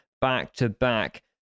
back-to-back